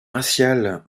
raciale